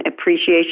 appreciation